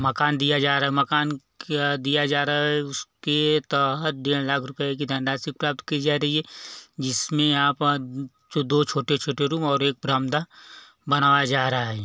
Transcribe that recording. मकान दिया जा रहा है मकान क्या दिया जा रहा है उसके तहत डेढ़ लाख रुपये की धनराशि प्राप्त की जा रही है जिसमें आप जो दो छोटे छोटे रूम और एक बरामदा बनवाया जा रहा है